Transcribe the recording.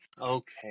Okay